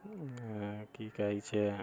की कहै छै